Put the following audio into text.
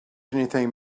anything